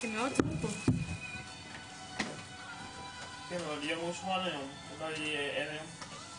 בשם הפורום מבקש שמשרד הבריאות יציג לוועדה אם יש להם נתונים